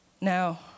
now